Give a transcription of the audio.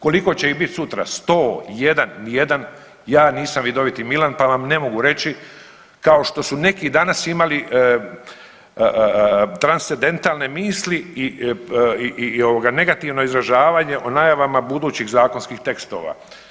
Koliko će ih biti sutra, 100, 1, nijedan, ja nisam vidoviti Milan pa vam ne mogu reći, kao što su neki danas imali transcendentalne misli i ovoga, negativno izražavanje o najavama budućih zakonskih tekstova.